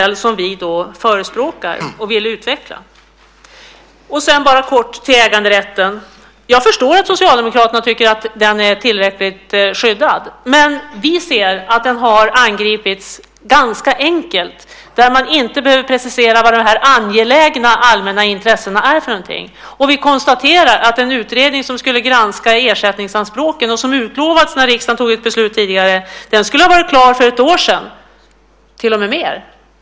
Låt mig kort säga något om äganderätten. Jag förstår att Socialdemokraterna tycker att den är tillräckligt skyddad, men vi ser att den angripits på ett ganska enkelt sätt där man inte behöver precisera vad de angelägna allmänna intressena är för något. Vi konstaterar att den utredning som skulle granska ersättningsanspråken, och som utlovades när riksdagen tidigare tog beslut om det, borde ha varit klar för ett år sedan eller till och med tidigare.